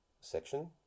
section